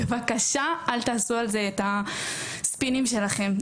בבקשה אל תעשו על זה את הספינים שלכם.